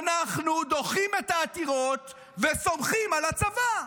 אנחנו דוחים את העתירות וסומכים על הצבא,